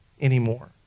anymore